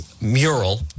mural